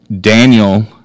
Daniel